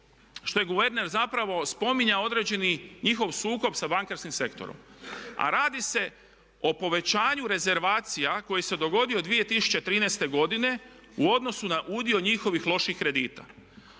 što je guverner zapravo spominjao određeni njihov sukob sa bankarskim sektorom. A radi se o povećanju rezervacija koji se dogodio 2013. godine u odnosu na udio njihovih loših kredita.